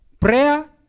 Prayer